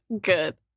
good